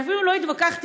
ואפילו לא התווכחתי,